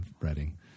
Reading